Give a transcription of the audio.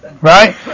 Right